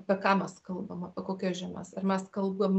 apie ką mes kalbam apie kokias žemes ar mes kalbam